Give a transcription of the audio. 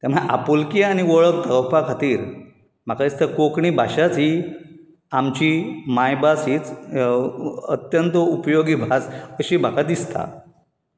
तेन्ना आपुलकी आनी वळख दाखोवपा खातीर म्हाका दिसता कोंकणी भाशाच ही आमची मायभास हीच अत्यंत उपयोगी भास अशी म्हाका दिसता